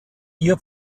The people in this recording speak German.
ihr